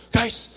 Guys